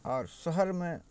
आओर शहरमे